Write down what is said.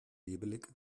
nebelig